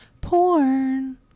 porn